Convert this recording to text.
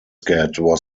slightly